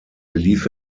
lief